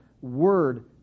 Word